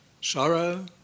sorrow